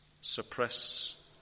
suppress